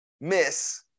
miss